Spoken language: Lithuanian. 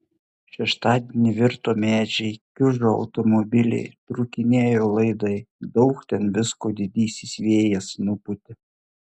šeštadienį virto medžiai kiužo automobiliai trūkinėjo laidai daug ten visko didysis vėjas nupūtė